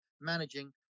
managing